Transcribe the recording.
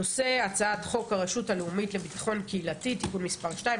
הנושא הוא הצעת חוק הרשות הלאומית לביטחון קהילתי (תיקון מס' 2),